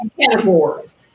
categories